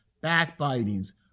backbitings